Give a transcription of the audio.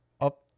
up